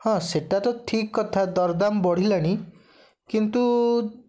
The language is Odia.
ହଁ ସେଟା ତ ଠିକ୍ କଥା ଦରଦାମ ବଢ଼ିଲାଣି କିନ୍ତୁ